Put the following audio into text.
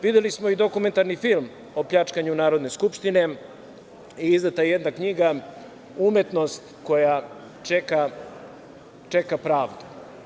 Videli smo i dokumentarni film o pljačkanju Narodne skupštine i izdata je jedna knjiga „Umetnost koja čeka pravdu“